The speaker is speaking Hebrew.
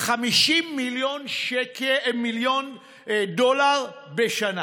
50 מיליון דולר בשנה.